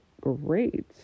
great